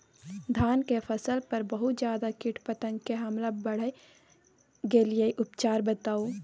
धान के फसल पर बहुत ज्यादा कीट पतंग के हमला बईढ़ गेलईय उपचार बताउ?